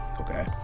Okay